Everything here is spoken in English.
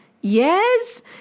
Yes